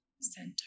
center